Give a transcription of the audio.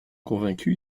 convaincu